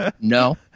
No